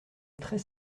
très